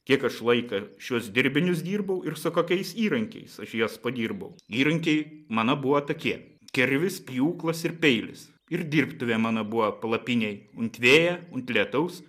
kiek aš laika šiuos dirbinius dyrbau ir su kakiais įrankiais už juos padyrbau įrankiai mano buvo tokie kirvis pjūklas ir peilis ir dirbtuvė mano buvo palapinėj unt vėjo unt lietaus